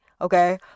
Okay